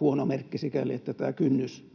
huono merkki sikäli, että tämä kynnys